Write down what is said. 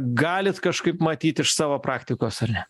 galit kažkaip matyt iš savo praktikos ar ne